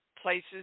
places